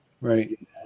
Right